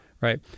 right